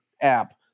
app